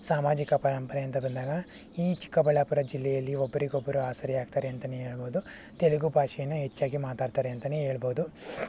ಸಾಮಾಜಿಕ ಪರಂಪರೆ ಅಂತ ಬಂದಾಗ ಈ ಚಿಕ್ಕಬಳ್ಳಾಪುರ ಜಿಲ್ಲೆಯಲ್ಲಿ ಒಬ್ಬರಿಗೊಬ್ರು ಆಸರೆ ಆಗ್ತಾರೆ ಅಂತಲೇ ಹೇಳಬಹುದು ತೆಲುಗು ಭಾಷೇನಾ ಹೆಚ್ಚಾಗಿ ಮಾತಾಡ್ತಾರೆ ಅಂತಲೇ ಹೇಳಬಹುದು